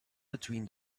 between